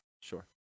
Sure